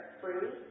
free